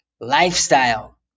lifestyle